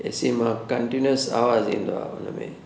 ए C मां continuous आवाज़ु ईंदो आहे उनमें